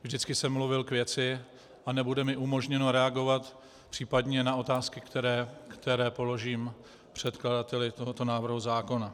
Vždycky jsem mluvil k věci a nebude mi umožněno reagovat případně na otázky, které položím předkladateli tohoto návrhu zákona.